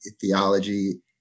theology